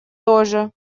тоже